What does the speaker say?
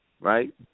right